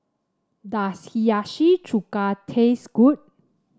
does Hiyashi Chuka taste good